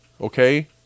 okay